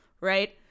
Right